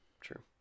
True